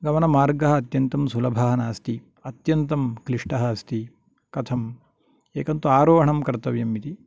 गमनमार्गः अत्यन्तं सुलभः नास्ति अत्यन्तं क्लिष्टः अस्ति कथम् एकं तु आरोहणं कर्तव्यम् इति